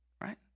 right